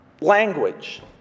Language